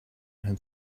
had